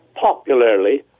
popularly